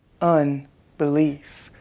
unbelief